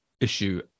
issue